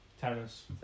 Tennis